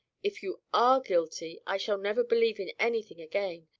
if you are guilty, i shall never believe in anything again.